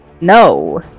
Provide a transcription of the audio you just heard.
no